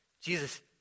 Jesus